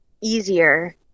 easier